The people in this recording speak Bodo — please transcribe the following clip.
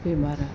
बेमारा